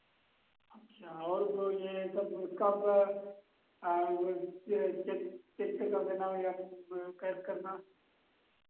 अच्छा और तो ये सब इसका प चेक चेक से कर देना या कैश कर देना